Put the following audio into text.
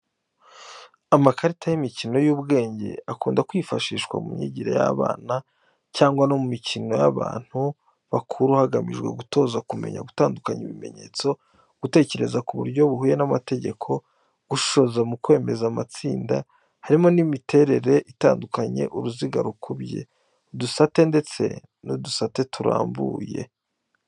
Amakarita y’imikino y’ubwenge akunda kwifashishwa mu myigire y’abana cyangwa no mu mikino y’abantu bakuru hagamijwe gutoza kumenya gutandukanya ibimenyetso, gutekereza ku buryo buhuye n’amategeko, gushishoza mu kwemeza amatsinda. Harimo imiterere itandukanye uruziga rukubye, udusate ndetse n'udusate turambuye.